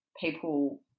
people